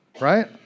Right